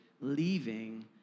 leaving